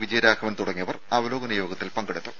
വിജയരാഘവൻ തുടങ്ങിയവർ അവലോകന യോഗത്തിൽ പങ്കെടുത്തു